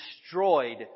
destroyed